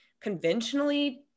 conventionally